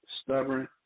stubborn